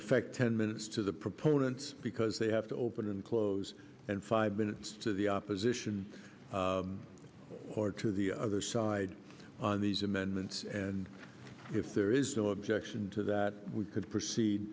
effect ten minutes to the proponents because they have to open and close and five minutes to the opposition or to the other side on these amendments and if there is no objection to that we could proceed